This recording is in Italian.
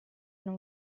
non